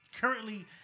currently